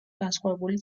განსხვავებული